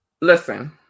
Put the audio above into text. Listen